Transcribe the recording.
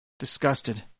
disgusted